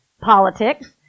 Politics